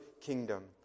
kingdom